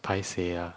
paiseh ah